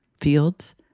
fields